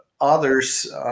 others